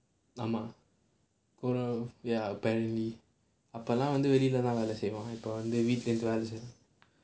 ஆமா:aamaa ya apparently அப்போதான் வந்து வெளில வேல செஞ்சாங்க:appo thaan vanthu velila vela senjaanga